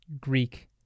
Greek